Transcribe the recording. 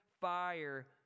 fire